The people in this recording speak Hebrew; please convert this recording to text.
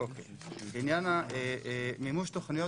בעניין מימוש תוכניות,